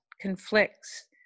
conflicts